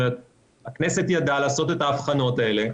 הכנסת ידעה לעשות את האבחנות האלה,